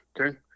okay